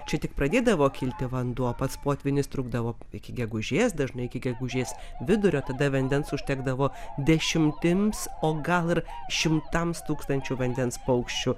čia tik pradėdavo kilti vanduo pats potvynis trukdavo iki gegužės dažnai iki gegužės vidurio tada vandens užtekdavo dešimtims o gal ir šimtams tūkstančių vandens paukščių